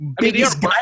biggest